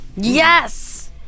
Yes